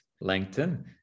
Langton